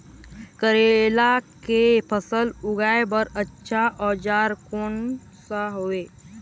करेला के फसल उगाई बार अच्छा औजार कोन सा हवे?